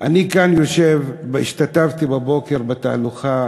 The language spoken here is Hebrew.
אני יושב כאן, השתתפתי הבוקר בתהלוכה